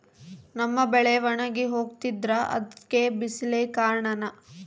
ನಮ್ಮ ಬೆಳೆ ಒಣಗಿ ಹೋಗ್ತಿದ್ರ ಅದ್ಕೆ ಬಿಸಿಲೆ ಕಾರಣನ?